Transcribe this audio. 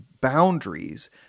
boundaries